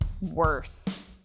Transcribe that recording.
worse